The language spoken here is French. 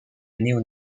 néo